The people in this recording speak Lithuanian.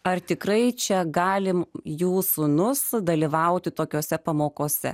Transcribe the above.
ar tikrai čia galime jų sūnus dalyvauti tokiose pamokose